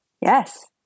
Yes